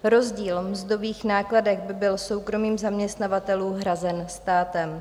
Rozdíl v mzdových nákladech by byl soukromým zaměstnavatelům hrazen státem.